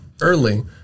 early